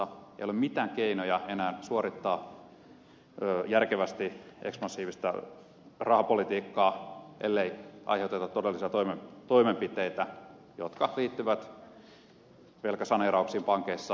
ei ole mitään keinoja enää suorittaa järkevästi ekspansiivista rahapolitiikkaa ellei aiheuteta todellisia toimenpiteitä jotka liittyvät velkasaneerauksiin pankeissa ja vastaavaan